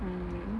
hmm